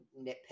nitpick